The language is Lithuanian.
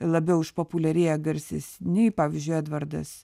labiau išpopuliarėję garsesni pavyzdžiui edvardas